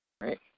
Right